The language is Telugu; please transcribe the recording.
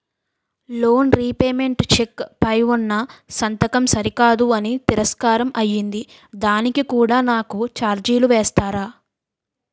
లోన్ రీపేమెంట్ చెక్ పై ఉన్నా సంతకం సరికాదు అని తిరస్కారం అయ్యింది దానికి కూడా నాకు ఛార్జీలు వేస్తారా?